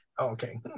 Okay